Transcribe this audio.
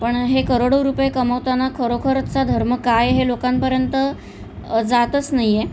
पण हे करोडो रुपये कमवताना खरोखरंचा धर्म काय हे लोकांपर्यंत जातच नाही आहे